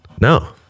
No